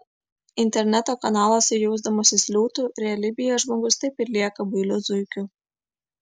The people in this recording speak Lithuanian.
interneto kanaluose jausdamasis liūtu realybėje žmogus taip ir lieka bailiu zuikiu